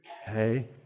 Hey